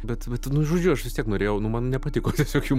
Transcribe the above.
bet vat nu žodžiu aš vis tiek norėjau nu man nepatiko tiesiog jų